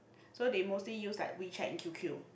so they mostly use like WeChat and Q_Q